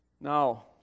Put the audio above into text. Now